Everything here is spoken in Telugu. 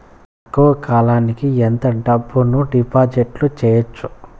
తక్కువ కాలానికి ఎంత డబ్బును డిపాజిట్లు చేయొచ్చు?